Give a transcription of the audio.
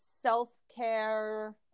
self-care